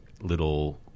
little